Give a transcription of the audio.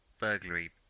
burglary